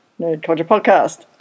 nerdculturepodcast